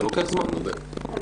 זה לוקח זמן, אתה יודע.